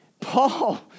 Paul